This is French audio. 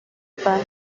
pas